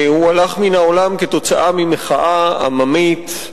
הוא הלך מהעולם כתוצאה ממחאה עממית,